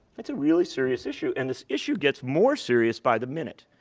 it's a really serious issue. and this issue gets more serious by the minute,